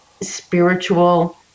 spiritual